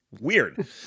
Weird